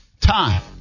time